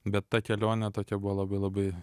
bet ta kelionė tokia buvo labai labai